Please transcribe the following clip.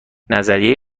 نظریه